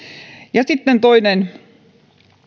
ja sitten toinen